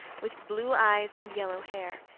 with blue eyes and yellow hair.